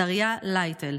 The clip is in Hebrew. דריה לייטל,